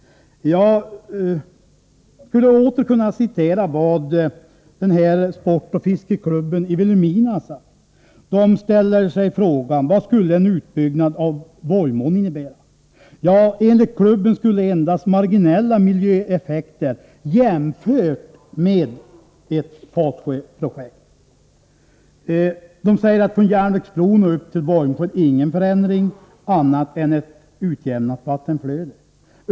Jag skulle åter kunna citera vad sportoch fiskeklubben i Vilhelmina har sagt. Man ställer sig frågan: Vad skulle en utbyggnad av Vojmån innebära? Ja, enligt klubben skulle det bli endast marginella miljöeffekter jämfört med ett Fatsjöprojekt. Man säger att från järnvägsbron och upp till Vojmsjön skulle det inte innebära någon förändring annat än ett utjämnat vattenflöde.